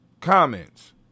Comments